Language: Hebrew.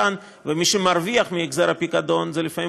ומי שמרוויח מהחזר הפיקדון זה לפעמים